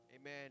amen